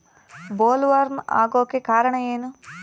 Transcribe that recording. Bollworm ಆಗೋಕೆ ಕಾರಣ ಏನು?